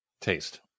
taste